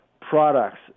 products